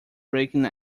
breaking